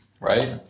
right